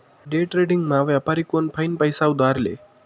डेट्रेडिंगमा व्यापारी कोनफाईन पैसा उधार ले